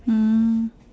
mm